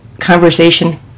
conversation